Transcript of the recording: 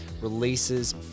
releases